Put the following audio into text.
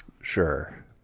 Sure